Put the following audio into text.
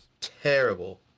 terrible